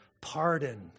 pardon